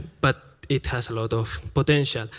but it has a lot of potential.